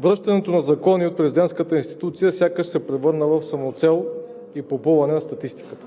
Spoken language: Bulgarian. Връщането на закони от президентската институция сякаш се превърна в самоцел и попълване на статистиката.